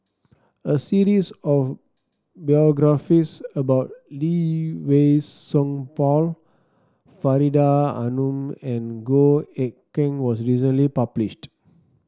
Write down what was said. a series of biographies about Lee Wei Song Paul Faridah Hanum and Goh Eck Kheng was recently published